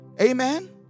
Amen